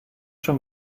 schon